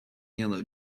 yellow